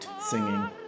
singing